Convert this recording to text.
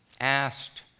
asked